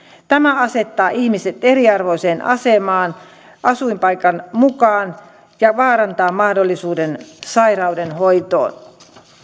tämä asettaa ihmiset eriarvoiseen asemaan asuinpaikan mukaan ja vaarantaa mahdollisuuden sairauden hoitoon